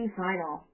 final